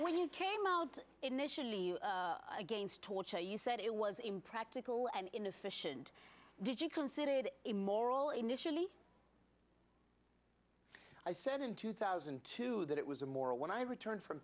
when you came out initially against torture you said it was impractical and inefficient did you consider it immoral initially i said in two thousand and two that it was immoral when i returned from